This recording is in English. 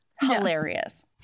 Hilarious